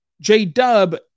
J-Dub